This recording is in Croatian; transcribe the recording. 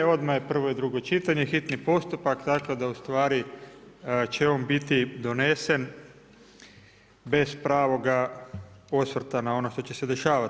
Odmah je prvo i drugo čitanje, hitni postupak, tako da ustvari će on biti donesen bez pravoga osvrta na ono što će se dešavati.